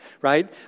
right